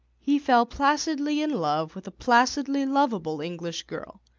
he fell placidly in love with a placidly lovable english girl,